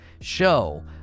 show